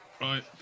Right